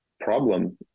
problem